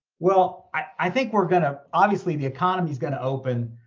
well, i think we're gonna, obviously the economy's gonna open.